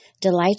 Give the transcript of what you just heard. Delight